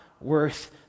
worth